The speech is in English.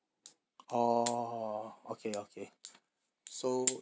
orh okay okay so